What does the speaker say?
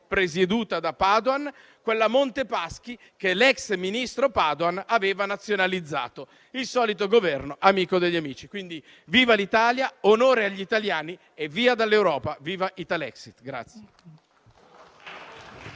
presieduta da Padoan quella Montepaschi che l'ex ministro Padoan aveva nazionalizzato. Il solito Governo amico degli amici! Quindi: viva l'Italia, onore agli italiani e via dall'Europa. Viva Italexit!